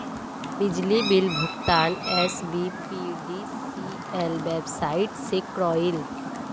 बिजली बिल भुगतान SBPDCL website से क्रॉइल